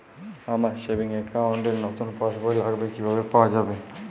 আমার savings account র নতুন পাসবই লাগবে কিভাবে পাওয়া যাবে?